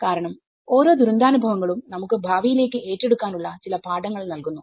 കാരണം ഓരോ ദുരന്താനുഭവങ്ങളും നമുക്ക് ഭാവിയിലേക്ക് ഏറ്റെടുക്കാനുള്ള ചില പാഠങ്ങൾ നൽകുന്നു